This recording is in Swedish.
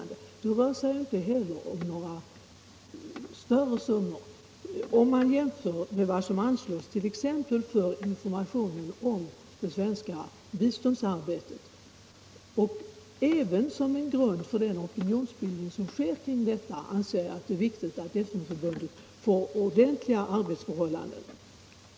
Det rör sig inte heller om några större summor om man jämför med vad som anslås t.ex. för information om svenskt biståndsarbete. Även för att kunna utgöra en grund för den opinionsbildning som sker kring dessa frågor anser vi att det är viktigt att FN-förbundet får ordentliga arbetsförhållanden.